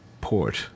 port